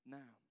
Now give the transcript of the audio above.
now